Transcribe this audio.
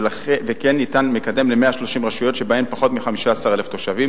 וכן ניתן מקדם לכ-130 רשויות שבהן פחות מ-15,000 תושבים